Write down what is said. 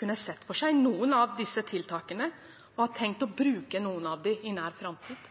kunne sett for seg noen av disse tiltakene, og om hun har tenkt å bruke noen av dem i nær framtid.